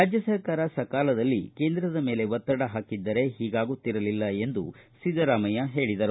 ರಾಜ್ಯ ಸರ್ಕಾರ ಸಕಾಲದಲ್ಲಿ ಕೇಂದ್ರದ ಮೇಲೆ ಒತ್ತಡ ಹಾಕಿದ್ದರೆ ಹೀಗಾಗುತ್ತಿರಲಿಲ್ಲ ಎಂದು ಸಿದ್ದರಾಮಯ್ಯ ಹೇಳಿದರು